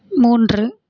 மூன்று